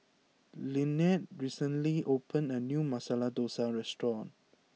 Lynnette recently opened a new Masala Dosa restaurant